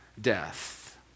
death